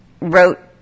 wrote